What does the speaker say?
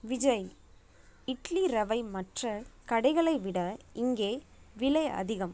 விஜய் இட்லி ரவை மற்ற கடைகளை விட இங்கே விலை அதிகம்